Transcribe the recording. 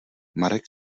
marek